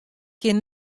kin